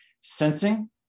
sensing